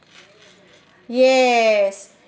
yes